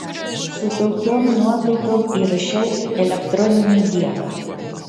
su tokiom nuotaikom įrašiau elektroninį dievą